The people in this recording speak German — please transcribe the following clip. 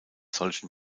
solchen